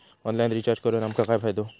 Online recharge करून आमका काय फायदो?